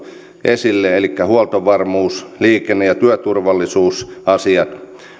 esille elikkä huoltovarmuuden liikenne ja työturvallisuusasiat sen että